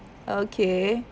okay